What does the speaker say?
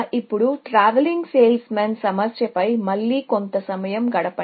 ఇప్పుడు travelling salesman సమస్యపై మళ్ళీ కొంత సమయం గడపండి